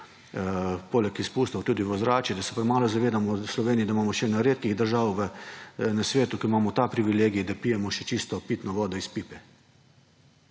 poleg izpustov tudi v ozračju, da se premalo zavedamo v Sloveniji, da smo ena redkih držav na svetu, ki imamo ta privilegij, da pijemo še čisto pitno vodo iz pipe,